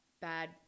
bad